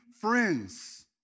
friends